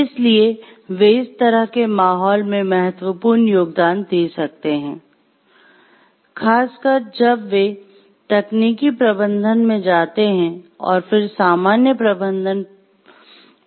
इसलिए वे इस तरह के माहौल में महत्वपूर्ण योगदान दे सकते हैं खासकर जब वे तकनीकी प्रबंधन में जाते हैं और फिर सामान्य प्रबंधन पदों पर जाते हैं